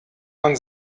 man